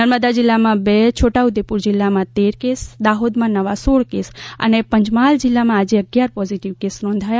નર્મદા જિલ્લામાં બે છોટાઉદેપુર જિલ્લામાં તેર દાહોદમાં નવા સોળ કેસ અને પંચમહાલ જિલ્લામાં આજે અગિયાર પોઝીટીવ કેસ નોંધાયા